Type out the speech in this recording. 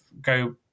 go